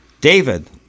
David